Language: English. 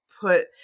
put